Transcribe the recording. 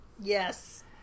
Yes